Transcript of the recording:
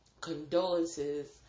condolences